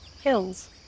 Hills